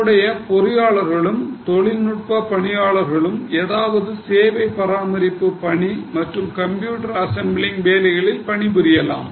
நம்மிடமுள்ள பொறியாளர்கள் தொழில்நுட்ப பணியாளர்கள் ஏதாவது சேவை பராமரிப்பு பணி மற்றும் கம்ப்யூட்டர் அசெம்பிளிங் வேலைகளில் பணிபுரியலாம்